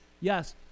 yes